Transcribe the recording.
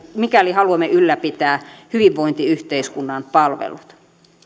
mikäli haluamme ylläpitää hyvinvointiyhteiskunnan palvelut